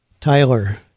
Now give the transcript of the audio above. Tyler